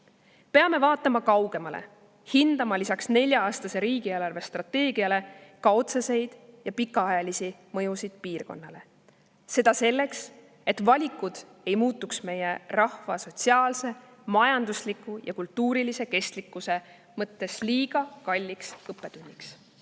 Peame vaatama kaugemale, hindama lisaks nelja-aastasele riigi eelarvestrateegiale ka otseseid ja pikaajalisi mõjusid piirkonnale. Seda selleks, et valikud ei muutuks meie rahva sotsiaalse, majandusliku ja kultuurilise kestlikkuse mõttes liiga kalliks õppetunniks.